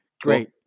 Great